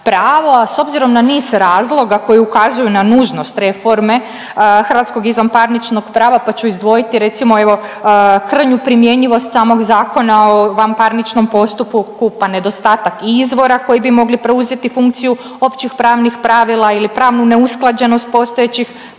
pravo, a s obzirom na niz razloga koji ukazuju na nužnost reforme hrvatskog izvanparničnog prava, pa ću izdvojiti recimo evo krnju primjenjivost samog Zakona o vanparničnom postupku, nedostatak izvora koji bi mogli preuzeti funkciju općih pravnih pravila ili pravnu neusklađenost postojećih